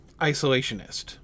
isolationist